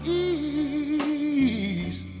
ease